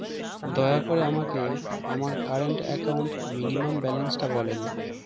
দয়া করে আমাকে আমার কারেন্ট অ্যাকাউন্ট মিনিমাম ব্যালান্সটা বলেন